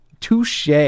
Touche